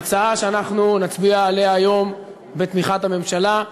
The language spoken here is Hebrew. ההצעה שאנחנו נצביע עליה היום בתמיכת הממשלה,